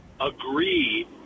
agree